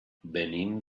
venim